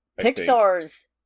Pixar's